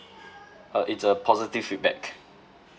uh it's a positive feedback